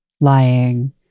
lying